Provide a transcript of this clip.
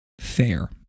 fair